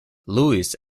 louis